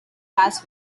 las